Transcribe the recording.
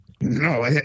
No